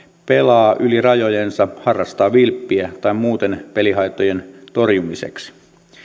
pelaa yli rajojensa harrastaa vilppiä tai muuten pelihaittojen torjumiseksi